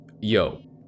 yo